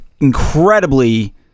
incredibly